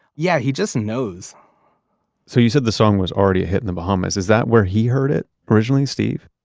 yeah, he just knows so you said the song was already a hit in the bahamas. is that where he heard it originally? steve?